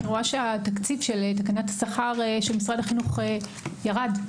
התקציב של תקנת השכר של משרד החינוך ירד.